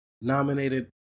nominated